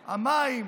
המים,